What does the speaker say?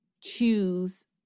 choose